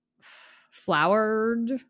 flowered